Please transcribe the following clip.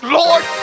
lord